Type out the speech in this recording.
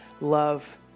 love